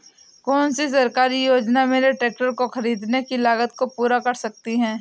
कौन सी सरकारी योजना मेरे ट्रैक्टर को ख़रीदने की लागत को पूरा कर सकती है?